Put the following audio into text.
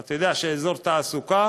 אתה יודע שאזור תעסוקה